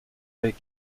avec